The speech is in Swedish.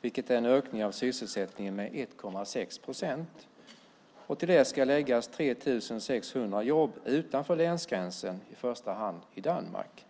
vilket är en ökning av sysselsättningen med 1,6 procent. Till det ska läggas 3 600 jobb utanför länsgränsen, i första hand i Danmark.